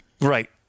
Right